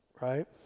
right